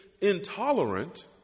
intolerant